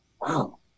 wow